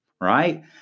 right